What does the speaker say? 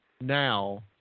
now